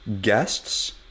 guests